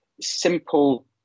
simple